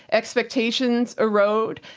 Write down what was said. expectations erode,